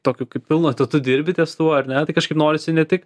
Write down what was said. tokiu kaip pilnu etatu dirbi ties tuo ar ne tai kažkaip norisi ne tik